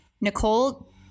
Nicole